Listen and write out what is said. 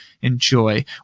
enjoy